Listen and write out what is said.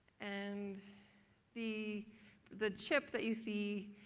and the the chip that you see,